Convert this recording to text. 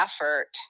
effort